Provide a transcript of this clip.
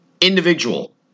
individual